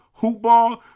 HOOPBALL